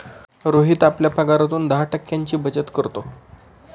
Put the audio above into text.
रोहित आपल्या पगारातून दहा टक्क्यांची बचत करतो